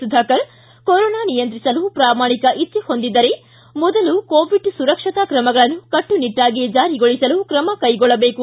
Sudhakar corona ನಿಯಂತ್ರಿಸಲು ಪ್ರಾಮಾಣಿಕ ಇಚ್ಚೆ ಹೊಂದಿದ್ದರೆ ಮೊದಲು ಕೋವಿಡ್ ಸುರಕ್ಷತಾ ಕ್ರಮಗಳನ್ನು ಕಟ್ಟುನಿಟ್ಟಾಗಿ ಜಾರಿಗೊಳಿಸಲು ಕ್ರಮಕ್ಕೆಗೊಳ್ಳಬೇಕು